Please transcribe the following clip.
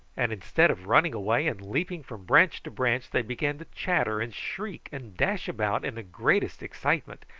and instead of running away and leaping from branch to branch they began to chatter and shriek and dash about in the greatest excitement,